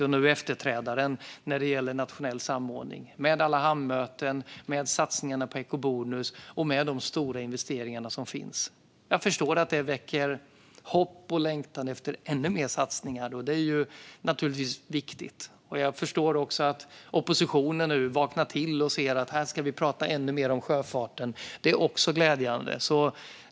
Hon är nu efterträdaren när det gäller nationell samordning för sjöfarten med alla hamnmöten, satsningar på ekobonus och de stora investeringar som finns. Jag förstår att det väcker hopp och längtan efter ännu mer satsningar. Det är naturligtvis viktigt. Jag förstår också att oppositionen nu vaknar till och ser att vi här ska prata ännu mer om sjöfarten. Det är också glädjande.